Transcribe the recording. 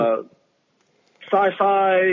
Sci-fi